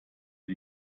die